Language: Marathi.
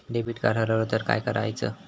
डेबिट कार्ड हरवल तर काय करायच?